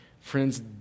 Friends